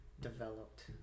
developed